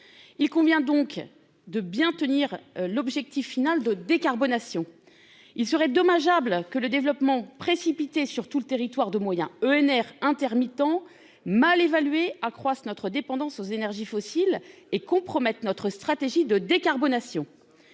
Il convient donc de bien tenir l'objectif de décarbonation. Il serait dommageable que le développement précipité, dans l'ensemble du territoire, de projets EnR intermittents mal évalués, accroisse notre dépendance aux énergies fossiles et compromette notre stratégie de décarbonation.